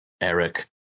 Eric